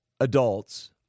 adults